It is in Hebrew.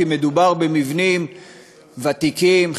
כי מדובר במבנים ותיקים,